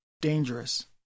dangerous